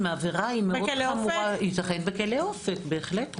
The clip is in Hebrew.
ייתכן בכלא אופק.